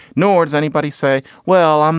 nor does anybody say, well, um